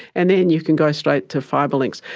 and then you can go straight to fibre links.